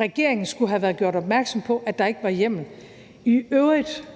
Regeringen skulle have været gjort opmærksom på, at der ikke var hjemmel, i øvrigt